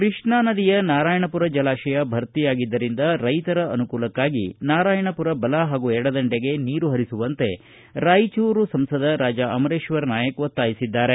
ಕೃಷ್ಣಾ ನದಿಯ ನಾರಾಯಣಪುರ ಜಲಾಶಯ ಭರ್ತಿಯಾಗಿದ್ದರಿಂದ ರೈತರ ಅನುಕೂಲಕ್ಕಾಗಿ ನಾರಾಯಣಪುರ ಬಲ ಹಾಗೂ ಎಡದಂಡೆಗೆ ನೀರು ಹರಿಸುವಂತೆ ಸಂಸದ ರಾಜಾ ಅಮರೇಶ್ವರ ನಾಯಕ ಒತ್ತಾಯಿಸಿದ್ದಾರೆ